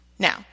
Now